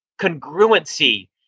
congruency